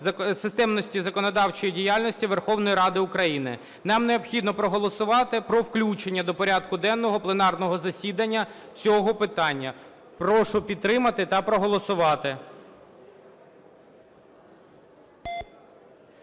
системності законодавчої діяльності Верховної Ради України. Нам необхідно проголосувати про включення до порядку денного пленарного засідання цього питання. Прошу підтримати та проголосувати.